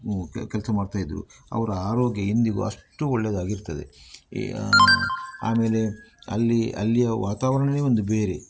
ಕೆಲಸ ಮಾಡ್ತಾಯಿದ್ದರು ಅವರ ಅರೋಗ್ಯ ಇಂದಿಗೂ ಅಷ್ಟು ಒಳ್ಳೇದಾಗಿ ಇರ್ತದೆ ಆಮೇಲೆ ಅಲ್ಲಿ ಅಲ್ಲಿಯ ವಾತಾವರಣವೇ ಒಂದು ಬೇರೆ